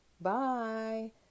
Bye